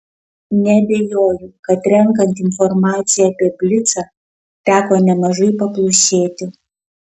neabejoju kad renkant informaciją apie blicą teko nemažai paplušėti